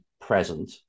present